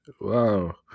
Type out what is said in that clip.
Wow